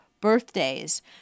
birthdays